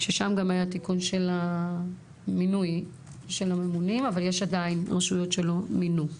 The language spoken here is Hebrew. ששם גם היה תיקון של המינוי של הממונים אבל יש עדיין רשויות שלא מינו.